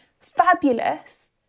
fabulous